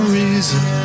reason